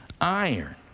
iron